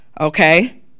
Okay